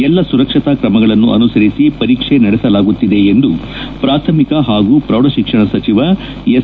ಎಲ್ಲ ಸುರಕ್ಷತಾ ಕ್ರಮಗಳನ್ನು ಅನುಸರಿಸಿ ಪರೀಕ್ಷೆ ನಡೆಸಲಾಗುತ್ತಿದೆ ಎಂದು ಪ್ರಾಥಮಿಕ ಹಾಗೂ ಪ್ರೌಢಶಿಕ್ಷಣ ಸಚಿವ ಎಸ್